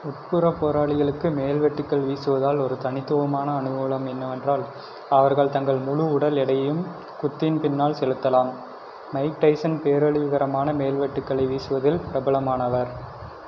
உட்புற போராளிகளுக்கு மேல்வெட்டுகள் வீசுவதால் ஒரு தனித்துவமான அனுகூலம் என்னவென்றால் அவர்கள் தங்கள் முழு உடல் எடையையும் குத்தின் பின்னால் செலுத்தலாம் மைக் டைசன் பேரழிவுகரமான மேல்வெட்டுகளை வீசுவதில் பிரபலமானவர்